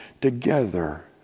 together